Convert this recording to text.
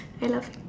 hello